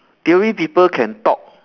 theory people can talk